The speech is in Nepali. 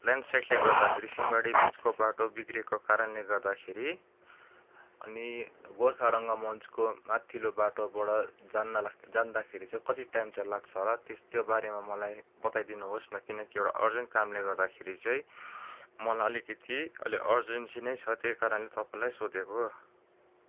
ल्यान्डस्लाइ़डले गर्दा सिंहमारी बिचको बाटो बिग्रेको कारणले गर्दाखेरि अनि गोर्खा रङ्गमञ्चको माथिल्लो बाटोबाट जान जाँदाखेरि चाहिँ कति टाइम लाग्छ होला त्यो बारेमा मलाई बताइदिनुहोस् न किनकि एउटा अर्जेन्ट कामले गर्दाखेरि चाहिँ मलाई अलिकिति अहिले अर्जेन्सी नै छ त्यही कारण तपाईँलाई सोधेको